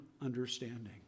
understanding